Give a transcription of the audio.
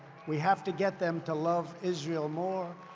we have to get them to love israel more.